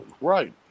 Right